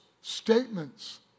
statements